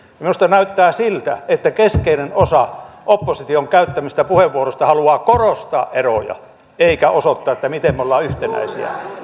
minusta näyttää siltä että keskeinen osa opposition käyttämistä puheenvuoroista haluaa korostaa eroja eikä osoittaa miten me olemme yhtenäisiä